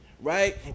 right